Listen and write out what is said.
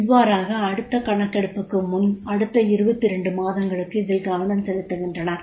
இவ்வாறாக அடுத்த கணக்கெடுப்புக்கு முன் அடுத்த 22 மாதங்களுக்கு இதில் கவனம் செலுத்துகின்றனர்